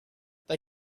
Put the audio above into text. they